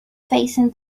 facing